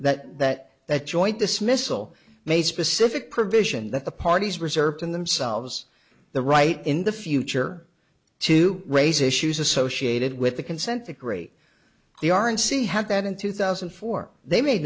that that that joint dismissal made specific provision that the parties reserved in themselves the right in the future to raise issues associated with the consent decree the r and c have that in two thousand and four they made